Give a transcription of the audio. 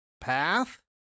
path